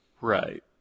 Right